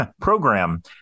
program